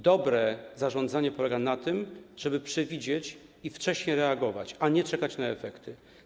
Dobre zarządzanie polega na tym, żeby przewidzieć i wcześnie reagować, a nie czekać na efekty.